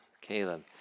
Caleb